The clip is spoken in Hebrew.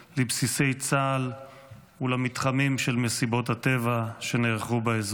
לבסיסי צה"ל ולמתחמים של מסיבות הטבע שנערכו באזור.